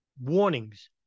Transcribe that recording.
warnings